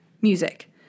music